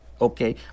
Okay